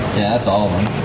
yeah that's all of